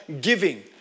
giving